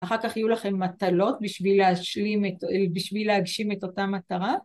אחר כך יהיו לכם מטלות בשביל להגשים את אותה מטרה.